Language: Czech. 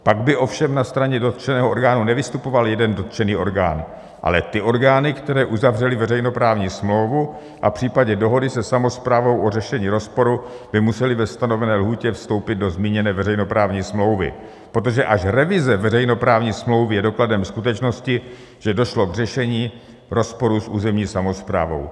Pak by ovšem na straně dotčeného orgánu nevystupoval jeden dotčený orgán, ale ty orgány, které uzavřely veřejnoprávní smlouvu, a v případě dohody se samosprávou o řešení rozporu by musely ve stanovené lhůtě vstoupit do zmíněné veřejnoprávní smlouvy, protože až revize veřejnoprávní smlouvy je dokladem skutečnosti, že došlo k řešení v rozporu s územní samosprávou.